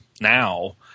now